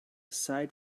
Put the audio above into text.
sight